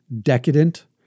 decadent